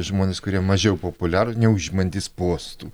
žmonės kurie mažiau populiarūs neužimantys postų